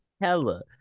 Hella